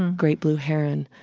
great blue heron,